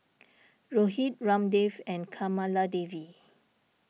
Rohit Ramdev and Kamaladevi